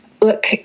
look